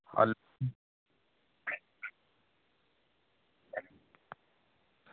hello